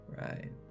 Right